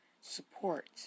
support